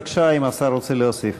בבקשה, אם השר רוצה להוסיף.